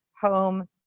home